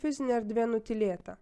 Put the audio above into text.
fizinė erdvė nutylėta